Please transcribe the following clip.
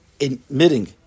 admitting